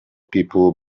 people